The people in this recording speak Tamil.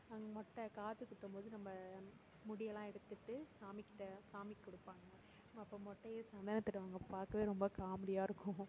அங்கே மொட்டை காது குத்தும் போது நம்ம முடியெல்லாம் எடுத்துட்டு சாமிகிட்ட சாமிக்கு கொடுப்பாங்க அப்போ மொட்டையில் சந்தனம் தடவுவாங்க பார்க்கவே ரொம்ப காமெடியாக இருக்கும்